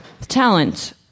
Talent